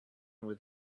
with